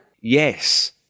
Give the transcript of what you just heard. yes